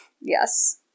Yes